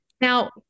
Now